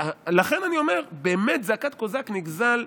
לכן אני אומר, באמת זעקת קוזק נגזל.